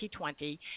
2020